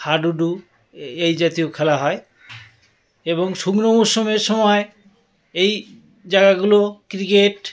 হাডুডু এই জাতীয় খেলা হয় এবং শুকনো মরশুমের সময় এই জায়গাগুলো ক্রিকেট